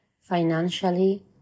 financially